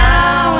Now